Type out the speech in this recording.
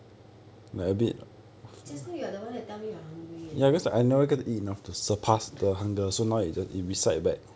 just now you are the one that tell me you are hungry leh